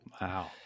Wow